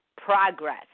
progress